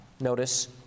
Notice